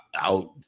out